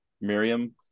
Miriam